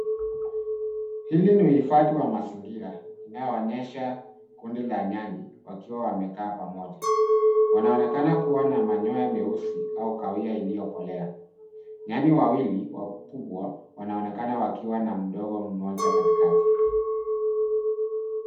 Hili ni uhifadhi wa mazingira, inayoonyesha kundi la nyani, wakiwa wamekaa pamoja. Wanaonekana kua na manyoya meusi au kahawia iliyokolea. Nyani wawili wakubwa wanaonekana wakiwa na mdogo mmoja katikati.